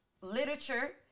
literature